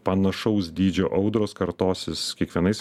panašaus dydžio audros kartosis kiekvienais